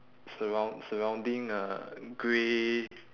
surroun~ surrounding uh grey